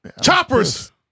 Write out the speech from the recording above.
Choppers